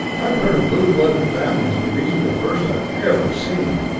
i've heard of blue-blooded families, but these are the first i've ever seen!